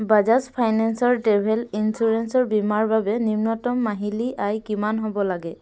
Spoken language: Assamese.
বাজাজ ফাইনেন্সৰ ট্ৰেভেল ইঞ্চুৰেন্সৰ বীমাৰ বাবে নিম্নতম মাহিলী আয় কিমান হ'ব লাগে